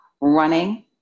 running